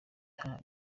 her